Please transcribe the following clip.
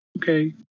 Okay